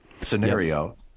Scenario